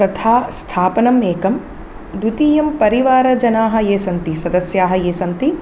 तथा स्थापनम् एकं द्वितीयं परिवारजनाः ये सन्ति सदस्याः ये सन्ति